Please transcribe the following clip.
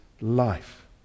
life